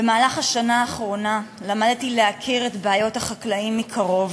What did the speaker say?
במהלך השנה האחרונה למדתי להכיר את בעיות החקלאים מקרוב.